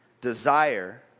desire